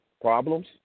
problems